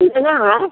कितना है